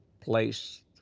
place